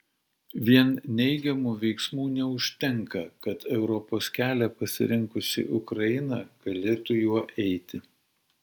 vien neigiamų veiksmų neužtenka kad europos kelią pasirinkusi ukraina galėtų juo eiti